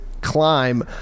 climb